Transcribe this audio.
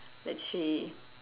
let's see